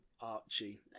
Archie